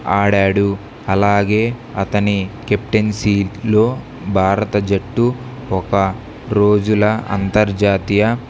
ఆడాడు అలాగే అతని కెప్టెన్సీలో భారత జట్టు ఒక రోజుల అంతర్జాతీయ